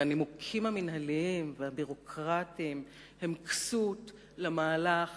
והנימוקים המינהליים והביורוקרטיים הם כסות למהלך